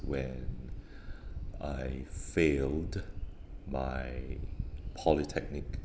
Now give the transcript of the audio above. when I failed my polytechnic